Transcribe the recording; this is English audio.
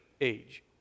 age